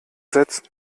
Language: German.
setzen